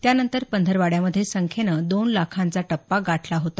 त्यानंतर पंधरवड्यामधे संख्येनं दोन लाखांचा टप्पा गाठला होता